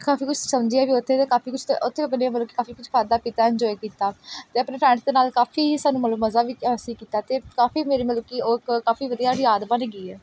ਕਾਫੀ ਕੁਛ ਸਮਝਿਆ ਵੀ ਉੱਥੇ ਦੇ ਕਾਫੀ ਕੁਛ ਉੱਥੇ ਆਪਣੇ ਮਤਲਬ ਕਿ ਕਾਫੀ ਕੁਛ ਖਾਧਾ ਪੀਤਾ ਇੰਜੋਏ ਕੀਤਾ ਅਤੇ ਆਪਣੇ ਫਰੈਂਡਸ ਦੇ ਨਾਲ ਕਾਫੀ ਸਾਨੂੰ ਮਤਲਬ ਮਜ਼ਾ ਵੀ ਅਸੀਂ ਕੀਤਾ ਅਤੇ ਕਾਫੀ ਮੇਰੀ ਮਤਲਬ ਕਿ ਉਹ ਕ ਕਾਫੀ ਵਧੀਆ ਜਿਹੀ ਯਾਦ ਬਣ ਗਈ ਹੈ